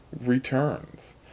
returns